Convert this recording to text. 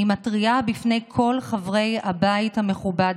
אני מתריעה בפני כל חברי הבית המכובד